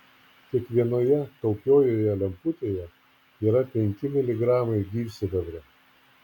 kiekvienoje taupiojoje lemputėje yra penki miligramai gyvsidabrio